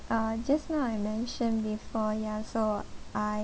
uh just now I mention before ya so I